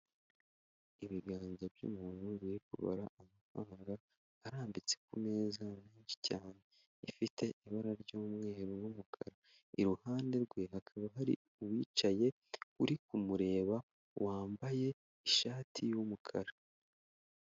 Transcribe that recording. ibiganza by'umuntu biri kubara amababara arambitse ku meza menshi cyane, ifite ibara ry'umweru n'umukara, iruhande rwe hakaba hari uwicaye uri kumureba wambaye ishati y'umukara.